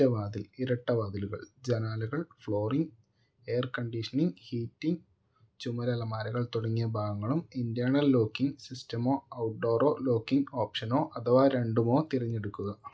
ഒറ്റവാതിൽ ഇരട്ടവാതിലുകൾ ജനാലകൾ flooring air conditioning heating ചുമരലമാരകൾ തുടങ്ങിയ ഭാഗങ്ങളും ഇൻ്റേണൽ ലോക്കിംഗ് സിസ്റ്റമോ ഔട്ട്ഡോറോ ലോക്കിംഗ് ഓപ്ഷനോ അഥവാ രണ്ടുമോ തിരഞ്ഞെടുക്കുക